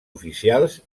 oficials